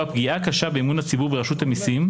פגיעה קשה באמון הציבור ברשות המיסים,